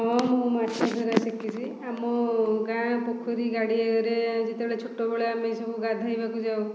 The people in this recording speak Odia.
ହଁ ମୁଁ ମାଛଧରା ଶିଖିଛି ଆମ ଗାଁ ପୋଖରୀ ଗାଡ଼ିଆରେ ଯେତେବେଳେ ଛୋଟବେଳେ ଆମେ ସବୁ ଗାଧୋଇବାକୁ ଯାଉ